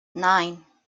nine